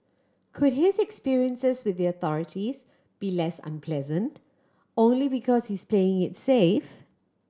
could his experiences with the authorities be less unpleasant only because he's played it safe